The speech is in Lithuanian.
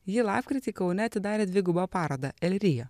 ji lapkritį kaune atidarė dvigubą parodą el rio